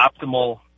optimal